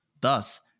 thus